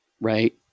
right